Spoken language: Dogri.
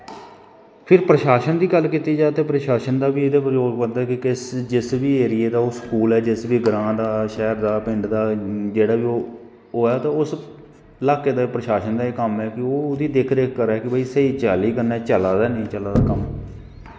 फिर प्रशासन दी गल्ल कीती जा ते प्रशासन दा बी एह्दे पर रोल बनदा ऐ कि जिस बी एरिये दा ओह् स्कूल ऐ जिस बी ग्रांऽ दा शैह्र दा पिंड दा जेह्ड़ा बी ओह् ऐ ते उस लाह्के दे प्रशासन दा कम्म ऐ कि ओह् ओह्दी दिक्ख रिक्ख करै कि भाई स्हेई चाल्ली कन्नै चवला दा नेंईं चला दा कम्म